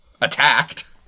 Attacked